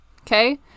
okay